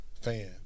fan